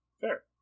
Fair